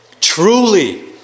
truly